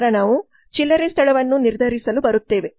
ನಂತರ ನಾವು ಚಿಲ್ಲರೆ ಸ್ಥಳವನ್ನು ನಿರ್ಧರಿಸಲು ಬರುತ್ತೇವೆ